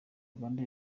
uganda